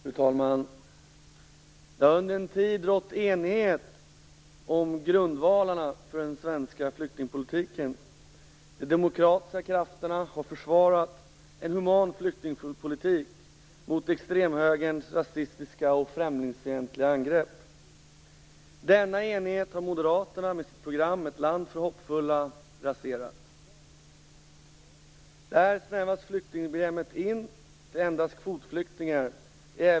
Fru talman! Det har under en tid rått enighet om grundvalarna för den svenska flyktingpolitiken. De demokratiska krafterna har försvarat en human flyktingpolitik mot extremhögerns rasistiska och främlingsfientliga angrepp. Denna enighet har Moderaterna raserat med sitt program Ett land för hoppfulla. Där snävas flyktingproblemet in, och det handlar endast om kvotflyktingar.